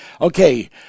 Okay